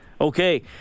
Okay